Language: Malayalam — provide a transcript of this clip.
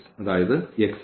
അതായത് ഈ